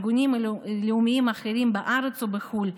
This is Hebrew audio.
ארגונים לאומיים אחרים בארץ ובחו"ל,